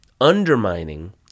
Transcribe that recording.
undermining